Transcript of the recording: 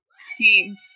schemes